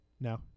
no